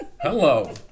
Hello